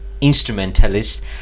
instrumentalist